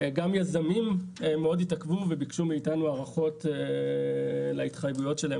גם יזמים מאוד התעכבו וביקשו מאיתנו הארכות להתחייבויות שלהם,